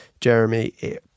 Jeremy